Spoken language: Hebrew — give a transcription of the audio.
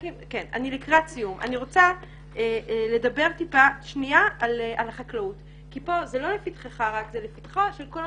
אני רוצה לדבר על החקלאות כי זה לא רק לפתחך אלא זה לפתחה של כל הממשלה.